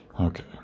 Okay